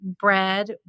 bread